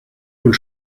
und